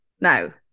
now